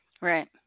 Right